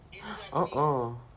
Uh-oh